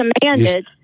commanded